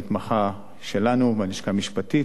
המתמחה שלנו בלשכה המשפטית,